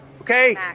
Okay